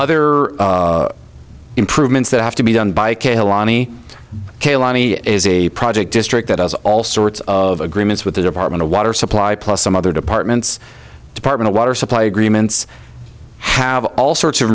other improvements that have to be done by kilani kilani is a project district that has all sorts of agreements with the department of water supply plus some other departments department water supply agreements have all sorts of